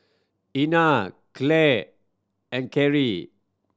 Ina Clare and Carie